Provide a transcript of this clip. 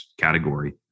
category